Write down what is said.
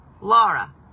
Laura